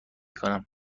کنم